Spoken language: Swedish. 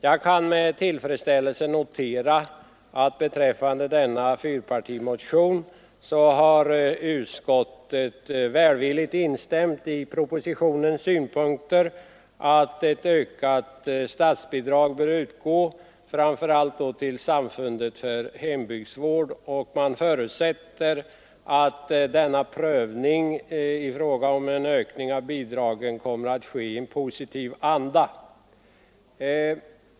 Jag kan med tillfredsställelse notera att utskottet välvilligt instämmer i motionens — och propositionens — förslag om ett ökat statsbidrag framför allt till Samfundet för hembygdsvård och förutsätter att prövningen av denna fråga kommer att göras i positiv anda.